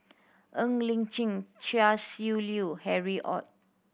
Ng Li Chin Chia Shi Lu Harry Ord